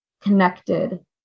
connected